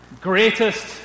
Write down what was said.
Greatest